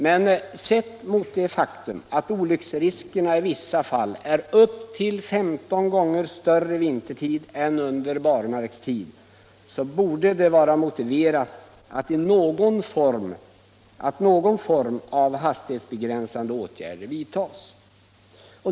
Men sett mot det faktum att olycksriskerna i vissa fall är upp till 15 gånger större vintertid än under barmarkstid borde det vara motiverat att någon form av hastighetsbegränsande åtgärder vidtas.